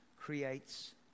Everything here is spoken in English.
creates